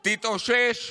מיארה, תתאושש.